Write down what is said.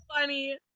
funny